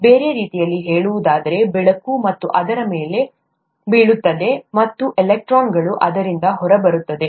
ಬೇರೆ ರೀತಿಯಲ್ಲಿ ಹೇಳುವುದಾದರೆ ಬೆಳಕು ಅದರ ಮೇಲೆ ಬೀಳುತ್ತದೆ ಮತ್ತು ಎಲೆಕ್ಟ್ರಾನ್ಗಳು ಅದರಿಂದ ಹೊರಬರುತ್ತವೆ